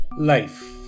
Life